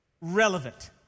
relevant